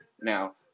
now